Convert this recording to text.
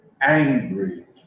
angry